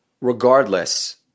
regardless